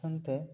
ᱵᱷᱟᱨᱥᱟᱱ ᱛᱮ